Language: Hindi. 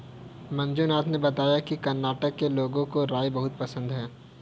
मंजुनाथ ने बताया कि कर्नाटक के लोगों को राई बहुत पसंद है